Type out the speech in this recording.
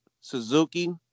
Suzuki